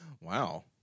Wow